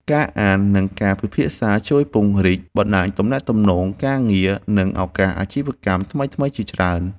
ការអាន និងការពិភាក្សាជួយពង្រីកបណ្ដាញទំនាក់ទំនងការងារ និងឱកាសអាជីវកម្មថ្មីៗជាច្រើន។